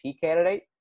candidate